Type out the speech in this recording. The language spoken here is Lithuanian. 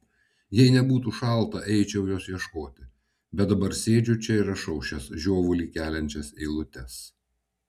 jei nebūtų šalta eičiau jos ieškoti bet dabar sėdžiu čia ir rašau šias žiovulį keliančias eilutes